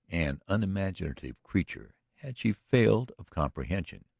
and unimaginative creature, had she failed of comprehension.